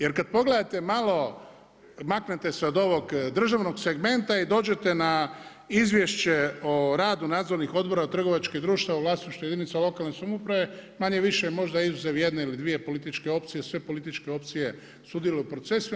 Jer kad pogledate malo, maknete se malo od ovog državnog segmenta i dođete na Izvješće o radu nadzornih odbora trgovačkih društava u vlasništvu jedinica lokalne samouprave manje-više možda izuzev jedne ili dvije političke opcije sve političke opcije sudjeluju u procesima.